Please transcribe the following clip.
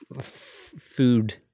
food